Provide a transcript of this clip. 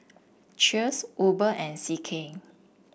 Cheers Uber and C K